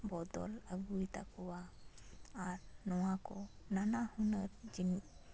ᱵᱚᱫᱚᱞ ᱟᱹᱜᱩᱭ ᱛᱟᱠᱚᱣᱟ ᱟᱨ ᱱᱚᱣᱟ ᱠᱚ ᱱᱟᱱᱟᱦᱩᱱᱟᱹᱨ ᱡᱤᱱᱤᱥ